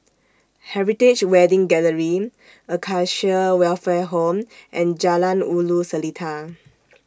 Heritage Wedding Gallery Acacia Welfare Home and Jalan Ulu Seletar